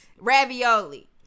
ravioli